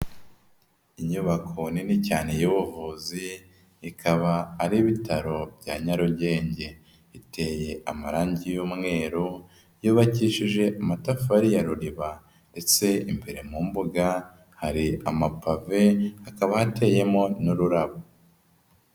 Inyubako nini cyane y'ubuvuzi, ikaba ari ibitaro bya Nyarugenge. Iteye amarangi y'umweru, yubakishije amatafari ya ruriba. Ndetse imbere mu mbuga, hari amapave, hakaba hateyemo n'ururabo.